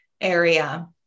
area